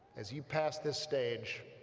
as you pass this stage